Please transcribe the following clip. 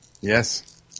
yes